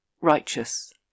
righteous